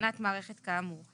בהתקנת מערכת כאמור.